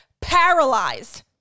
paralyzed